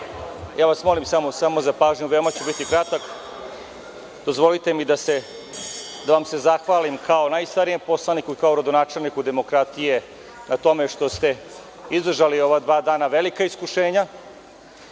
vas samo za pažnju, biću veoma kratak. Dozvolite mi da vam se zahvalim kao najstarijem poslaniku i kao rodonačelniku demokratije na tome što ste izdržali ova dva dana velika iskušenja.